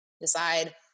decide